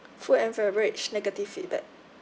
food and beverage negative feedback